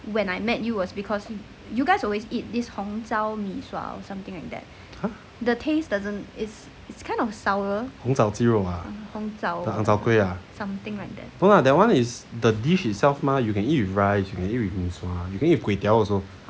!huh! 红槽鸡肉 ah ang zao kuay ah no lah that [one] is the dish itself mah you can eat with rice you can eat with mee sua you can eat with kuay tiow also